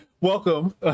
Welcome